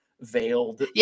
veiled